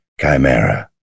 Chimera